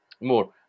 more